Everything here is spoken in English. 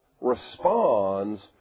responds